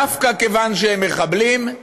דווקא כיוון שהם מחבלים,